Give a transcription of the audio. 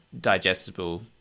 digestible